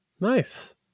nice